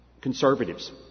conservatives